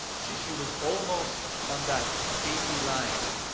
she she was almost on that eighty line.